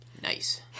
Nice